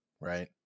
right